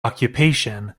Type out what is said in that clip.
occupation